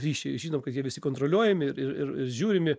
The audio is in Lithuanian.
ryšiai žinom kad jie visi kontroliuojami ir ir ir žiūrimi